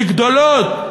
לגדולות.